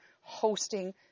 hosting